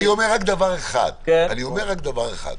אני לא מתווכח איתך, אני רק אומר דבר אחד.